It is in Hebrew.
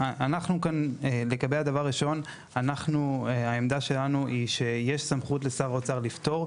העמדה שלנו לגבי הדבר הראשון היא שיש סמכות לשר אוצר לפטור,